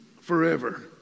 forever